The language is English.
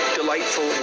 delightful